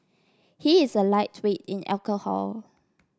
he is a lightweight in alcohol